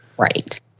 Right